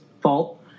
fault